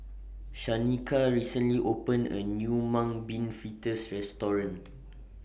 Shanika recently opened A New Mung Bean Fritters Restaurant